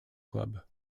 club